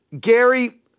Gary